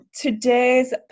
today's